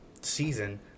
season